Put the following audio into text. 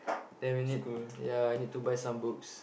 ten minute ya I need to buy some books